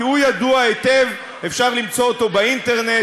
כי הוא ידוע היטב ואפשר למצוא אותו באינטרנט,